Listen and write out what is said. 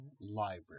Library